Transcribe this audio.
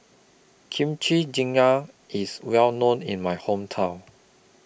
Kimchi Jjigae IS Well known in My Hometown